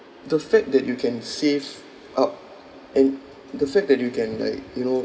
the fact that you can save up and the fact that you can like you know